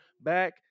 back